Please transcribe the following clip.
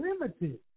limited